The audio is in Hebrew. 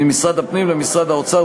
ממשרד הפנים למשרד האוצר,